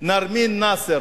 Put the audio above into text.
נרמין נאסר